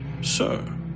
sir